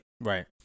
right